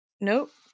Nope